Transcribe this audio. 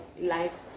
life